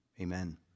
Amen